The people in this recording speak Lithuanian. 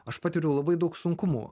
aš patiriu labai daug sunkumų